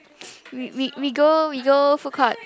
we we we we go we go food court